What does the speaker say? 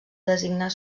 designar